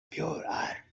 pure